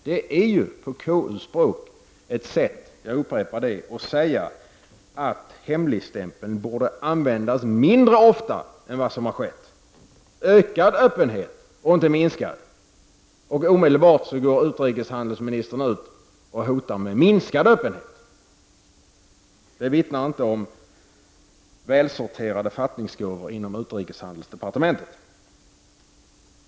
Det är på KUs språk ett sätt — jag upprepar det — att säga att hemligstämpeln borde användas mindre ofta än vad som har skett. Ökad öppenhet och inte minskad! Och omedelbart går utrikeshandelsministern ut och hotar med minskad öppenhet. Det vittnar inte om välsorterade fattningsgåvor inom utrikeshandelsdepartementet.